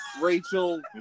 Rachel